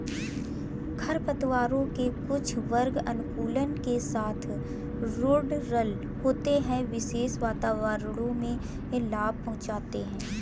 खरपतवारों के कुछ वर्ग अनुकूलन के साथ रूडरल होते है, विशेष वातावरणों में लाभ पहुंचाते हैं